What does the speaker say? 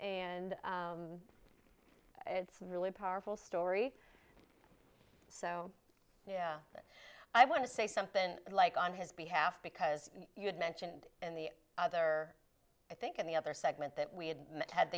and it's really a powerful story so yeah i want to say something like on his behalf because you had mentioned in the other i think in the other segment that we had